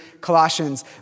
Colossians